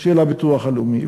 של הביטוח הלאומי,